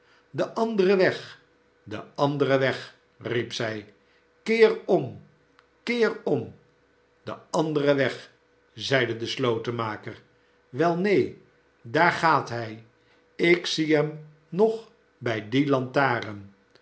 de andere weg de andere weg riep zij keer om keer om de andere weg zeide de slotenmaker wel neen daar gaat hij ik zie hem nog bij die